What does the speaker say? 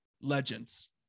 legends